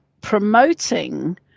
promoting